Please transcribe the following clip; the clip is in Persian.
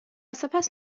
سپس